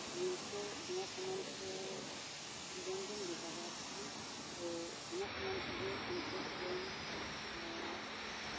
ᱵᱩᱞᱩᱝ ᱠᱚ ᱚᱱᱟ ᱥᱟᱢᱟᱱ ᱠᱚ ᱟᱹᱰᱤ ᱜᱟᱱ ᱵᱚᱱ ᱵᱮᱵᱚᱦᱟᱨ ᱵᱟᱲᱟ ᱠᱟᱜᱼᱟ ᱛᱚ ᱚᱱᱟ ᱥᱟᱢᱟᱱ ᱠᱚᱜᱮ ᱩᱱ ᱡᱚᱦᱚᱜ ᱵᱚᱱ